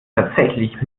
tatsächlich